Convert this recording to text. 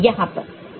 यहां पर